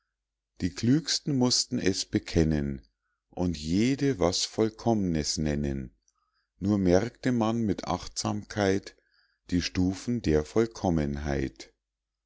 die klügsten mußten es bekennen und jede was vollkommnes nennen nur merkte man mit achtsamkeit die stufen der vollkommenheit